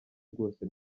bwose